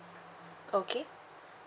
okay